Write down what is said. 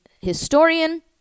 historian